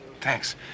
Thanks